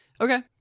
Okay